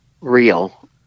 real